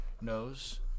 knows